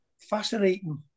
Fascinating